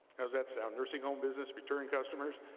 how's that sound, nursing home business, return customers.